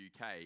UK